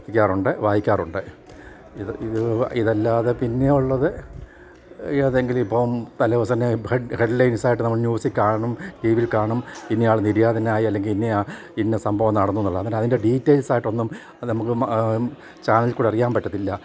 വായിക്കാറുണ്ട് വായിക്കാറുണ്ട് ഇത് ഇത് ഇതല്ലാതെ പിന്നെയുള്ളത് ഏതെങ്കിലും ഇപ്പം തലേ ദിവസം തന്നെ ഹെഡ്ലൈൻസ് ആയിട്ട് നമ്മൾ ന്യൂസിൽ കാണും ടിവിയിൽ കാണും ഇന്ന ആൾ നിര്യാതനായി അല്ലെങ്കിൽ ഇന്ന ഇന്ന സംഭവം നടന്നു എന്നുള്ളത് അതിൻ്റെ ഡീറ്റെയിൽസ് ആയിട്ടൊന്നും നമുക്ക് ചാനൽ കൂടെ അറിയാൻ പറ്റത്തില്ല